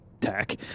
tech